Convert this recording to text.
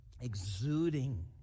exuding